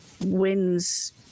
wins